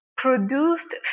produced